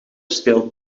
speelt